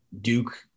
Duke